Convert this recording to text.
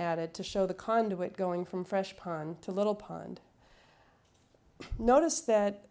added to show the conduit going from fresh pond to little pond i noticed that